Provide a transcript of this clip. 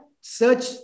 search